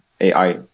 AI